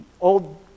old